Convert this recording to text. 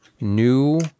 new